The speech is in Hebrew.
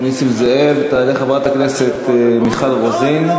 תעלה חברת הכנסת מיכל רוזין.